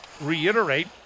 reiterate